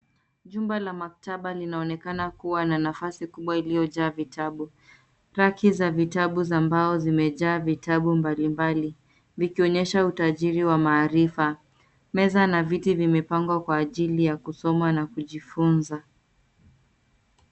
Jumba la mkataba linaonekana kuwa na nafasi kubwa iliyojaa vitabu. Raki za vitabu za mbao zimejaa vitabu mbalimbali vikionyesha utajiri wa maarifa. Meza na viti vimepangwa kwa ajili ya kusoma na kujifunza.